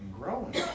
growing